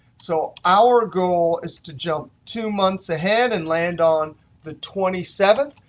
so our goal is to jump two months ahead and land on the twenty seven,